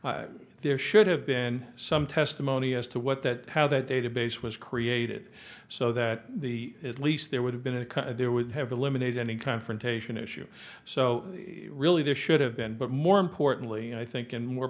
database there should have been some testimony as to what that how that database was created so that the at least there would have been a cut there would have eliminated any confrontation issue so really this should have been but more importantly i think and more